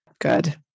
Good